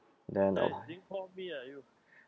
then oh